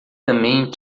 também